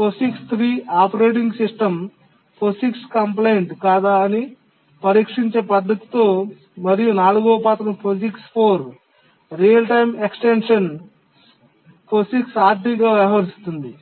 POSIX 3 operating system POSIX compliant కాదా అని పరీక్షించే పద్ధతితో మరియు నాల్గవ పత్రం POSIX 4 real time extensions POSIX RT తో వ్యవహరిస్తుంది